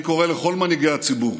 אני קורא לכל מנהיגי הציבור,